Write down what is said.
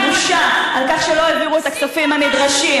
ובושה על כך שלא העבירו את הכספים הנדרשים.